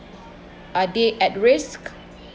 are they at risk